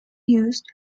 used